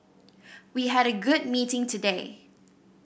we had a good meeting today